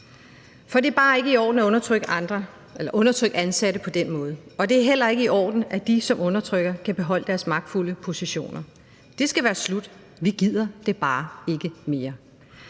Det er bare ikke i orden at undertrykke ansatte på den måde. Og det er heller ikke i orden, at de, som undertrykker, kan beholde deres magtfulde positioner. Det skal være slut. Vi gider det bare ikke mere!